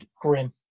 grim